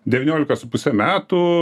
devyniolika su puse metų